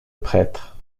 prêtre